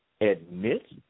admit